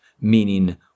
meaning